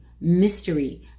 Mystery